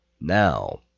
Now